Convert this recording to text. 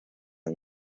and